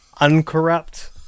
uncorrupt